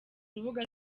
urubuga